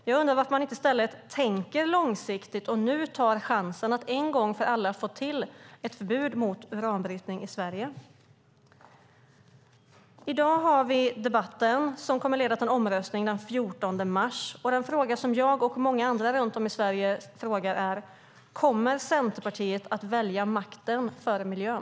Jag undrar varför man inte i stället tänker långsiktigt och nu tar chansen att en gång för alla få till ett förbud mot uranbrytning i Sverige. I dag har vi debatten som kommer att leda till en omröstning den 14 mars. Den fråga som jag och många andra runt om i Sverige ställer är: Kommer Centerpartiet att välja makten före miljön?